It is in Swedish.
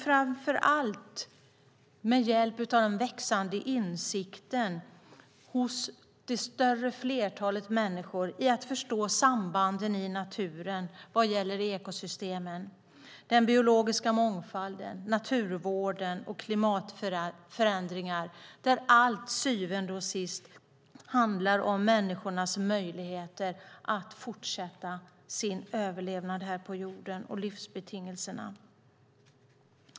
Framför allt handlar det om den växande insikten hos det större flertalet människor att man måste förstå sambanden i naturen i fråga om ekosystemen, den biologiska mångfalden, naturvården och klimatförändringarna, där allt till syvende och sist gäller människornas livsbetingelser och möjligheter att fortsätta att överleva på jorden. Herr talman!